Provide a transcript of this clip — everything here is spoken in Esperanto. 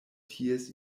ties